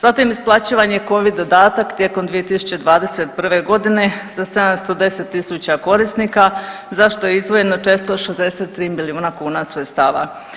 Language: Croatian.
Zatim isplaćivan je Covid dodatak tijekom 2021. g. za 710 tisuća korisnika, za što je izdvojeno 463 milijuna kuna sredstava.